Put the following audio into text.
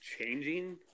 changing